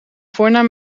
voornaam